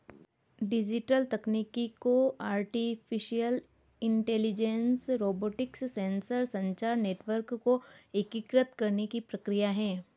digital तकनीकों artificial intelligence, robotics, sensor, संचार network को एकीकृत करने की प्रक्रिया है